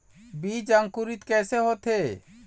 बीज अंकुरित कैसे होथे?